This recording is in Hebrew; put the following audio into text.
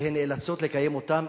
והן נאלצות לקיים אותם.